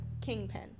Kingpin